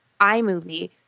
iMovie